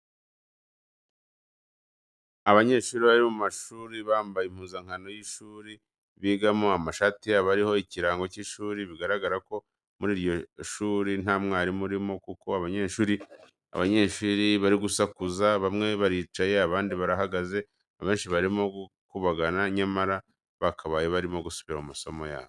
Abanyeshuri bari mu ishuri bambaye impuzankano y'ishuri bigaho, amashati yabo ariho ikirango cy'ishuri biragaragara ko muri iryo shuri nta mwarimu urimo kuko abanyeshuri bari gusakuza, bamwe baricaye abandi barahagaze, abenshi barimo gukubagana nyamara bakabaye barimo gusubira mu masomo yabo.